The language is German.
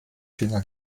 finger